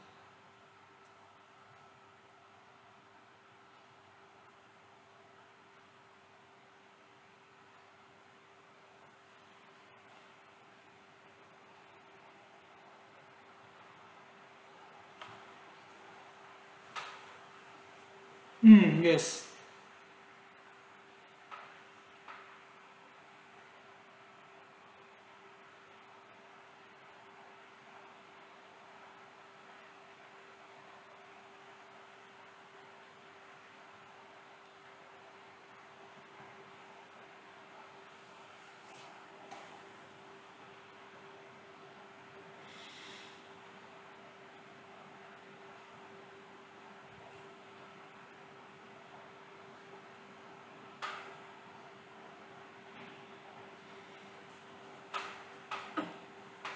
mm yes